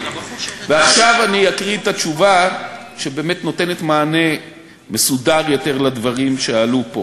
ועכשיו אקריא את התשובה שנותנת מענה מסודר יותר על דברים שעלו פה.